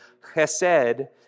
chesed